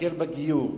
להקל בגיור.